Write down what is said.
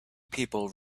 people